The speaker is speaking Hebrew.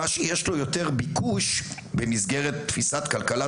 את היכולת האולטימטיבית להשפיע על הילדים והילדות שאנחנו מדברים עליהם